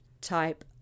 type